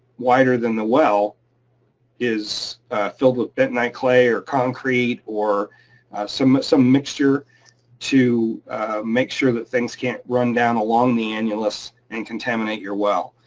wider than the well is filled with bentonite clay or concrete or some some mixture to make sure that things can't run down along the annulus and contaminate your well.